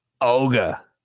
Olga